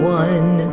one